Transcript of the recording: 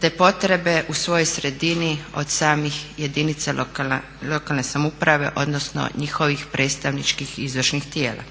te potrebe u svojoj sredini od samih jedinica lokalne samouprave odnosno njihovih predstavničkih i izvršnih tijela.